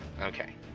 Okay